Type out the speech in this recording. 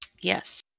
Yes